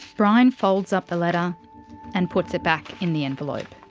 brian folds up the letter and puts it back in the envelope.